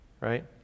right